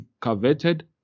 coveted